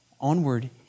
onward